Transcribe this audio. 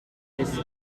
this